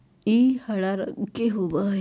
ई हरा रंग के होबा हई